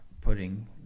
putting